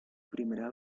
primera